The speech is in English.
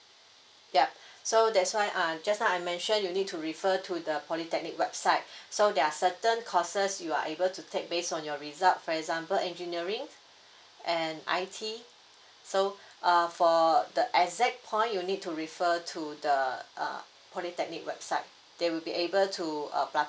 ya so that's why err just now I mention you need to refer to the polytechnic website so there are certain courses you are able to take based on your result for example engineering and I_T so err for the exact point you need to refer to the err polytechnic website they will be able to err public